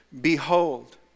Behold